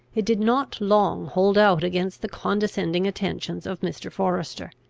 it did not long hold out against the condescending attentions of mr. forester.